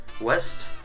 West